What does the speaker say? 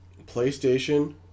PlayStation